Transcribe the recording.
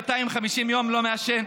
250 יום לא מעשן,